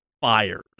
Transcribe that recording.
fired